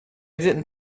didn’t